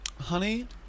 Honey